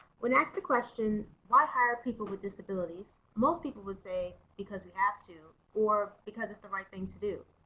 when asked the question why hire people with disabilities most people would say because we have to or because it's the right thing to do.